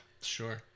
Sure